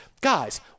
guys